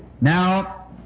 Now